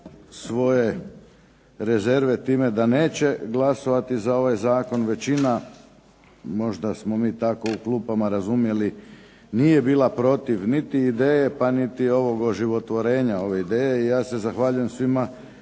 svoje rezerve time da neće glasovati za ovaj zakon. Većina možda smo mi tako u klupama razumjeli nije bila protiv niti ideje, pa niti ovog oživotvorenja ove ideje. I ja se zahvaljujem svima